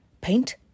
paint